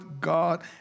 God